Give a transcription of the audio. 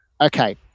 okay